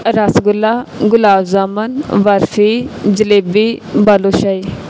rasgulla gulab jamun barfi jalebi balushahi